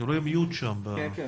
נכון?